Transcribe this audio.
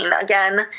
again